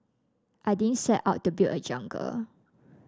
I didn't set out to build a jungle